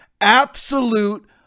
Absolute